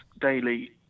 daily